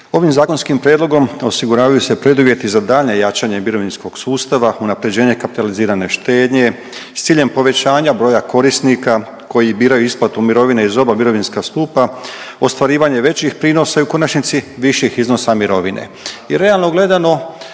Ovim zakonskim prijedlogom osiguravaju se preduvjeti za daljnja jačanja mirovinskog sustava, unaprjeđenje kapitalizirane štednje s ciljem povećanja broja korisnika koji biraju isplatu mirovine iz oba mirovinska stupa, ostvarivanje većih prinosa i u konačnici viših iznosa mirovine